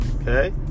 okay